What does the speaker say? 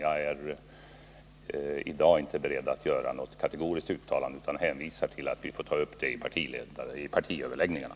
Jag är i dag inte beredd att göra något kategoriskt uttalande utan hänvisar till att vi får ta upp den frågan i partiöverläggningarna.